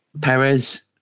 Perez